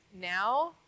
now